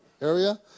area